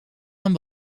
aan